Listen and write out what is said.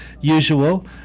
usual